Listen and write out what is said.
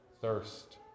thirst